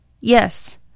Yes